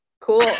Cool